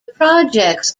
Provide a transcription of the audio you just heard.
projects